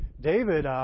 David